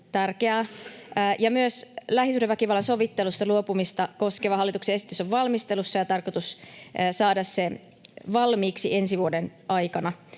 Myös lähisuhdeväkivallan sovittelusta luopumista koskeva hallituksen esitys on valmistelussa, ja on tarkoitus saada se valmiiksi ensi vuoden aikana,